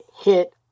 hit